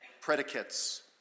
predicates